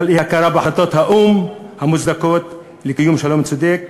בגלל אי-הכרה בהחלטות האו"ם המוצדקות לקיום שלום צודק,